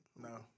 No